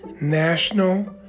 National